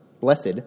blessed